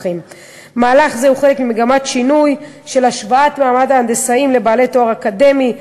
מהלך זה הוא חלק ממגמת שינוי של השוואת מעמד ההנדסאים לבעלי תואר אקדמי,